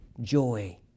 joy